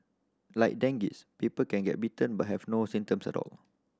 like dengue people can get bitten but have no symptoms at all